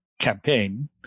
campaign